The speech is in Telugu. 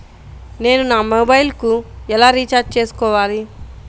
నేను నా మొబైల్కు ఎలా రీఛార్జ్ చేసుకోవాలి?